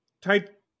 type